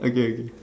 okay okay